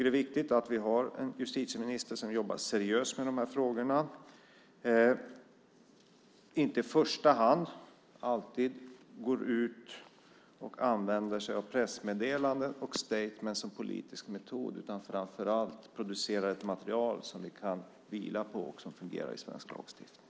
Det är bra att vi har en justitieminister som jobbar seriöst med dessa frågor, att hon inte i första hand går ut och använder sig av pressmeddelanden och statements som politisk metod utan framför allt producerar ett material som vi kan vila på och som fungerar i svensk lagstiftning.